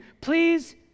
Please